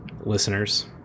listeners